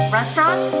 Restaurant